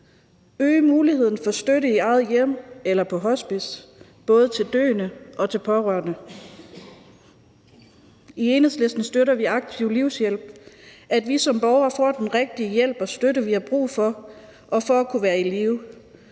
øge muligheden for støtte i eget hjem eller på hospice, både til døende og til pårørende. I Enhedslisten støtter vi aktiv livshjælp: at vi som borgere får den hjælp og støtte, vi har brug for, også for at kunne være i live.